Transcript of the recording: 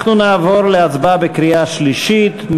אנחנו נעבור להצבעה בקריאה שלישית.